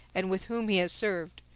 and with whom he has served.